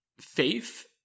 faith